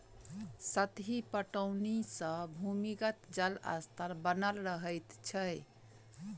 सतही पटौनी सॅ भूमिगत जल स्तर बनल रहैत छै